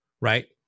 right